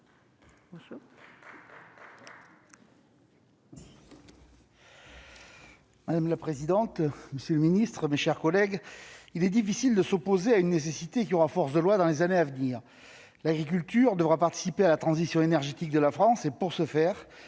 Madame la présidente, monsieur le ministre, mes chers collègues, il est difficile de s'opposer à une nécessité qui aura force de loi dans les années à venir : l'agriculture devra participer à la transition énergétique de la France et, pour ce faire,